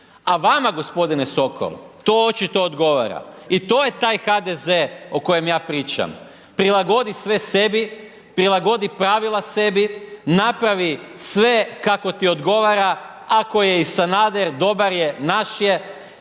A vama g. Sokol, to očito odgovara i to je taj HDZ o kojem ja pričam, prilagodi sve sebi, prilagodi pravila sebi, napravi sve kako ti odgovara, ako je i Sanader, dobar je, naš je,